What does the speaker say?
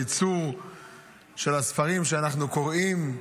הייצור של הספרים שאנחנו קוראים.